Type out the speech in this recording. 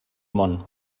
món